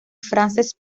frases